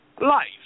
life